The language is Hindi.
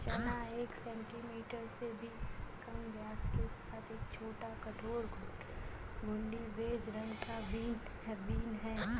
चना एक सेंटीमीटर से भी कम व्यास के साथ एक छोटा, कठोर, घुंडी, बेज रंग का बीन है